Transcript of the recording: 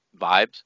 vibes